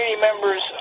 members